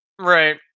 Right